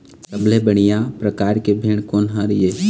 सबले बढ़िया परकार के भेड़ कोन हर ये?